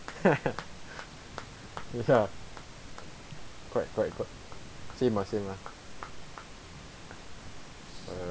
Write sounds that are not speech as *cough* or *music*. *laughs* ya correct correct correct same ah same lah